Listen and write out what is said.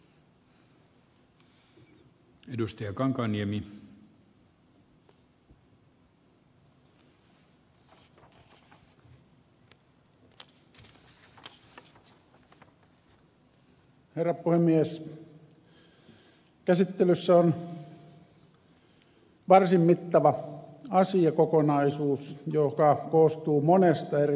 käsittelyssä on varsin mittava asiakokonaisuus joka koostuu monesta eri osasta